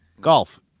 Golf